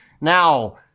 Now